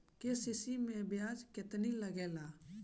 KCC मै ब्याज केतनि लागेला?